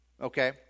Okay